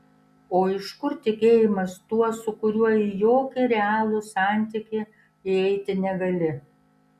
o iš kur tikėjimas tuo su kuriuo į jokį realų santykį įeiti negali